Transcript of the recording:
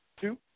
Two